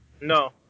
No